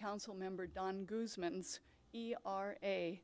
council member don r a